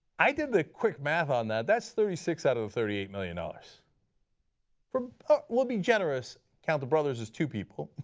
i did the quick math on that, that is thirty six out of the thirty eight million dollars from, we ah will be generous, count the brothers as two people,